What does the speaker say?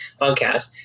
podcast